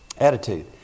attitude